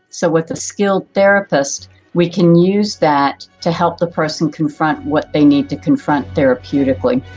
so with a skilled therapist we can use that to help the person confront what they need to confront therapeutically.